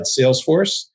Salesforce